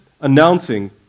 announcing